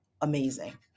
amazing